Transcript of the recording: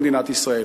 למדינת ישראל